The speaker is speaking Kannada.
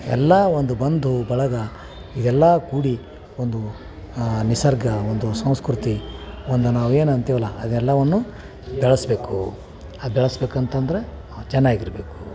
ಎಲ್ಲ ಒಂದು ಬಂಧು ಬಳಗ ಇವೆಲ್ಲ ಕೂಡಿ ಒಂದು ನಿಸರ್ಗ ಒಂದು ಸಂಸ್ಕೃತಿ ಒಂದು ನಾವು ಏನು ಅಂತೀವಲ್ಲ ಅದೆಲ್ಲವನ್ನೂ ಬೆಳೆಸ್ಬೇಕು ಹಾಗ್ ಬೆಳೆಸ್ಬೇಕ್ ಅಂತಂದರೆ ನಾವು ಚೆನ್ನಾಗಿರ್ಬೇಕು